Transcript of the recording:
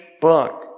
book